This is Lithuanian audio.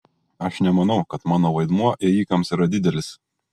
aš nemanau kad mano vaidmuo ėjikams yra didelis